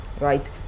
right